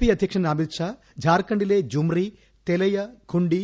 P അധ്യക്ഷൻ അമിത്ഷാ ജാർഖണ്ഡിലെ ജുംറി തെലയ ഖുണ്ഡി